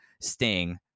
sting